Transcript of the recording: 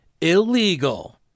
illegal